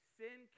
sin